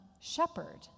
shepherd